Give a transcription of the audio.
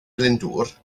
glyndŵr